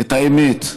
את האמת: